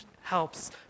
helps